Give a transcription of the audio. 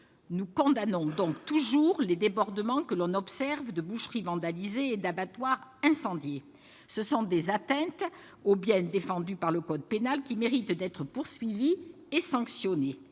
Nous condamnons donc toujours les débordements que l'on observe- boucheries vandalisées et d'abattoirs incendiés. Ce sont des atteintes aux biens défendues par le code pénal, qui méritent d'être poursuivies et sanctionnées.